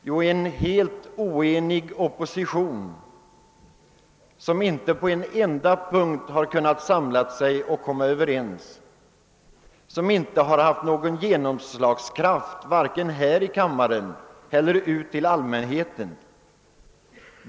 Jo, en helt oenig opposition som inte på en enda punkt kunnat samla sig och komma överens och som inte haft någon genomslagkraft vare sig här i kammaren eller ute bland allmänheten.